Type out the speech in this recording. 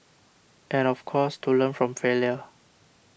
and of course to learn from failure